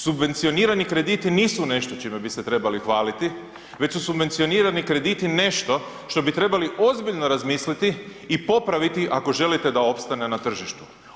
Subvencionirani krediti nisu nešto čime bi se trebali hvaliti, već su subvencionirani krediti nešto što bi trebali ozbiljno razmisliti i popraviti ako želite da opstane na tržištu.